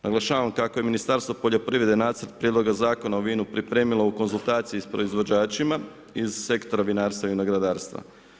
Naglašavam kako je Ministarstvo poljoprivrede Nacrt prijedloga Zakona o vinu pripremilo u konzultaciji sa proizvođačima iz sektora vinarstva i vinogradarstva.